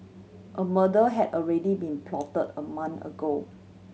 a murder had already been plot a month ago